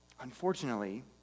Unfortunately